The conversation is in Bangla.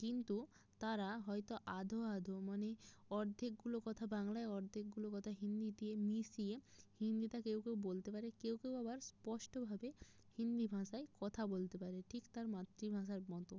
কিন্তু তারা হয়তো আধো আধো মানে অর্ধেকগুলো কথা বাংলায় অর্ধেকগুলো কথা হিন্দিতে মিশিয়ে হিন্দিটা কেউ কেউ বলতে পারে কেউ কেউ আবার স্পষ্টভাবে হিন্দি ভাষায় কথা বলতে পারে ঠিক তার মাতৃভাষার মতো